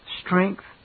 strength